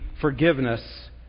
forgiveness